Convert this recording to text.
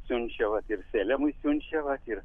siunčia vat ir selemui siunčia vat ir